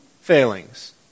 failings